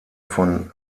von